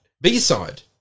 B-side